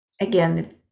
again